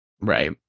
Right